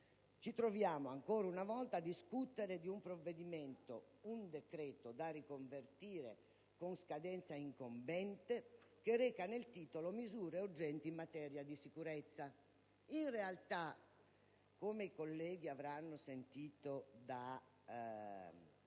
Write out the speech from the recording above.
Ci troviamo ancora una volta a discutere di un decreto-legge da convertire con scadenza incombente, che reca nel titolo: «misure urgenti in materia di sicurezza». In realtà, come i colleghi hanno ascoltato dai nostri